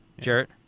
Jarrett